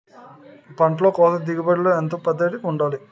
పంట కోతకు దిగుబడి లో ఎంత తడి వుండాలి?